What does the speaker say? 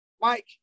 mike